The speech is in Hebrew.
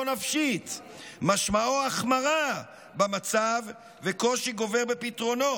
וכמה משנה תוקף יש למשפט הזה גם